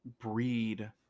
breed